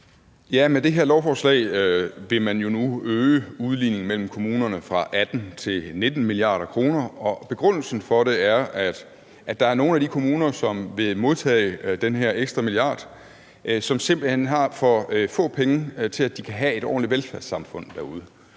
Med det her lovforslag vil man jo nu øge udligningen mellem kommunerne fra 18 til 19 mia. kr., og begrundelsen for det er, at der er nogle af de kommuner, der vil modtage den her ekstra milliard, som simpelt hen har for få penge til, at de kan have et ordentligt velfærdssamfund derude.